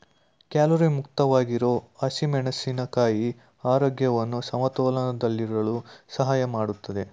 calorie ಮುಕ್ತವಾಗಿರೋ ಹಸಿಮೆಣಸಿನ ಕಾಯಿ ಆರೋಗ್ಯವನ್ನು ಸಮತೋಲನದಲ್ಲಿಡಲು ಸಹಾಯ ಮಾಡ್ತದೆ